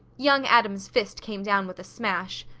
young adam's fist came down with a smash.